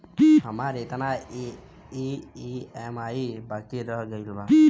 हमार कितना ई ई.एम.आई बाकी रह गइल हौ?